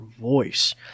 voice